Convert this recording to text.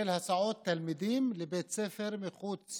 להסעות תלמידים לבית ספר מחוץ